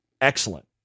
excellent